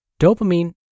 Dopamine